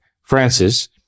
Francis